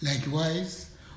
Likewise